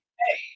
hey